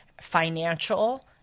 financial